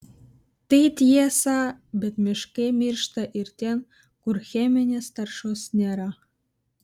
tai tiesa bet miškai miršta ir ten kur cheminės taršos nėra